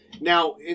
Now